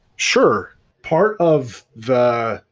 sure. part of the